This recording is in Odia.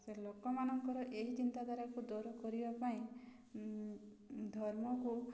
ସେ ଲୋକମାନଙ୍କର ଏହି ଚିନ୍ତାଧାରାକୁ ଦୂର କରିବା ପାଇଁ ଧର୍ମକୁ